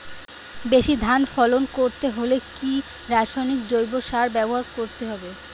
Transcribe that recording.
বেশি ধান ফলন করতে হলে কি রাসায়নিক জৈব সার ব্যবহার করতে হবে?